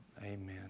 Amen